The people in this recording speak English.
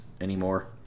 anymore